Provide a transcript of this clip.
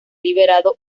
liberado